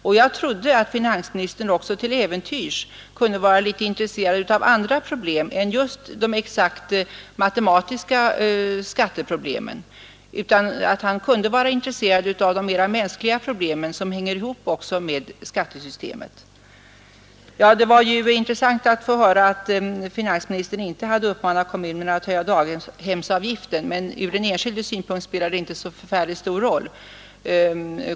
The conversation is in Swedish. Och jag trodde att finansministern också till äventyrs kunde vara litet intresserad av andra problem än just de exakt matematiska skatteproblemen, att han kunde vara intresserad av de mera mänskliga problem som också hänger ihop med skattesystemet. Det var ju intressant att få höra att finansministern inte har uppmanat kommunerna att höja daghemsavgifterna. Men ur den enskildes synpunkt spelar det inte så förfärligt stor roll.